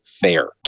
fair